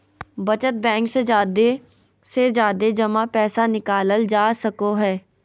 बचत बैंक से जादे से जादे जमा पैसा निकालल जा सको हय